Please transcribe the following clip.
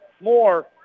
more